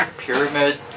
pyramid